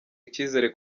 icyizere